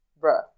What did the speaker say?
bruh